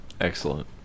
Excellent